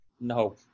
No